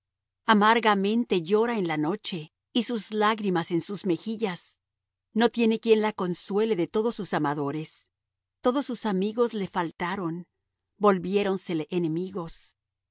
amargamente llora en la noche y sus lágrimas en sus mejillas no tiene quien la consuele de todos sus amadores todos sus amigos le faltaron volviéronsele enemigos